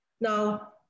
Now